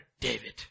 David